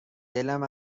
دلم